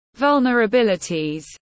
vulnerabilities